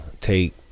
Take